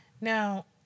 Now